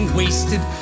wasted